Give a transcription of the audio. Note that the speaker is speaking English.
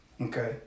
Okay